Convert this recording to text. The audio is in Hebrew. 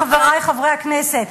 חברי חברי הכנסת,